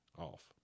off